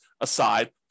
aside